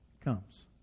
comes